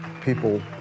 People